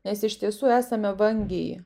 nes iš tiesų esame vangiai